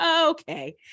okay